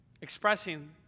expressing